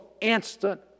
instant